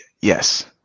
Yes